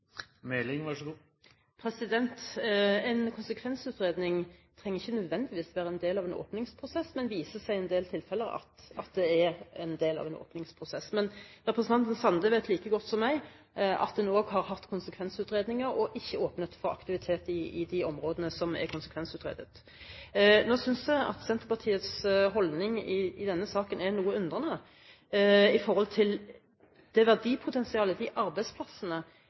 Meling er einig i Senterpartiets syn på konsekvensutgreiing, at det rett og slett er ein del av ein opningsprosess? En konsekvensutredning trenger ikke nødvendigvis være en del av en åpningsprosess, men det viser seg i en del tilfeller at det er det. Representanten Sande vet like godt som jeg at en også har hatt konsekvensutredninger og ikke åpnet for aktivitet i de områdene som er konsekvensutredet. Nå synes jeg Senterpartiets holdning i denne saken er noe underlig i forhold til det verdipotensialet, de arbeidsplassene